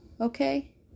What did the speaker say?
Okay